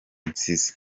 nsize